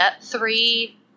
three